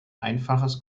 einfaches